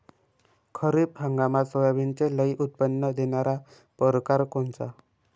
खरीप हंगामात सोयाबीनचे लई उत्पन्न देणारा परकार कोनचा?